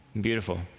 Beautiful